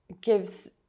gives